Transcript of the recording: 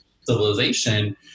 civilization